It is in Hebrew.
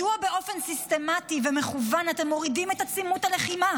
מדוע באופן סיסטמטי ומכוון אתם מורידים את עצימות הלחימה?